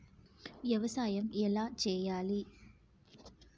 వ్యవసాయం ఎలా చేయాలి?